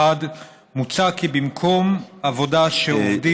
1. מוצע כי במקום עבודה שעובדים,